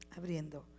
Abriendo